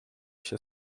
się